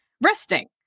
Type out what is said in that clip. resting